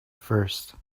first